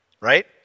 right